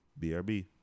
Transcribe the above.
BRB